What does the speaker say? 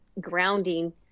grounding